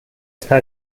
está